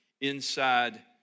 inside